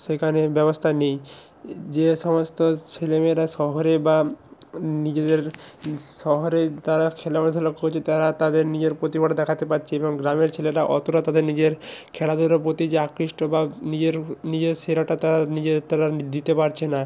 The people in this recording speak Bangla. সেইখানে ব্যবস্তা নেই ই যে সমস্ত ছেলে মেয়েরা শহরে বা নিজেদের শহরে তারা খেলাধুলা করছে তারা তাদের নিজের প্রতিভাটা দেখাতে পারছে এবং গ্রামের ছেলেরা অতোটা তাদের নিজের খেলাধুলার প্রতি যে আকৃষ্ট বা নিজের নিজের সেরাটা তারা নিজে তারা দিতে পারছে না